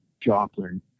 Joplin